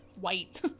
white